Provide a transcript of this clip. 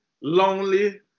lonely